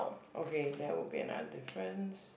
okay that will be another difference